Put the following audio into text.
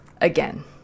again